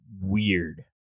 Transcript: weird